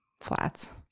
flats